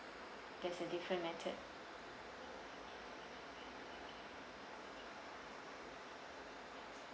that's a different method